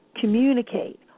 communicate